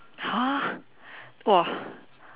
!huh! !wah!